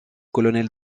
colonel